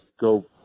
go